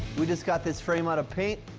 we just got this frame out of paint.